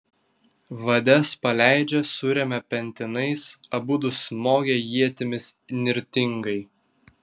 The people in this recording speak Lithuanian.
vades paleidžia suremia pentinais abudu smogia ietimis nirtingai